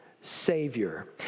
Savior